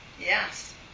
Yes